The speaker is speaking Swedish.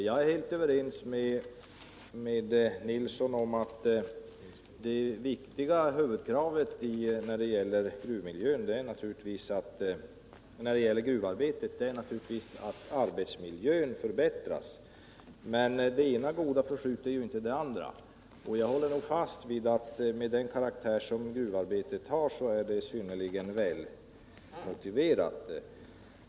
Jag är helt överens med Kjell Nilsson om att ett viktigt krav när det gäller gruvarbetet naturligtvis är att arbetsmiljön förbättras, men det ena goda förskjuter inte det andra, och jag håller fast vid att med den karaktär som gruvarbetet har är en längre semester synnerligen välmotiverad.